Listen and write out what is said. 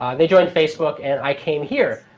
they joined facebook and i came here,